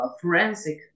forensic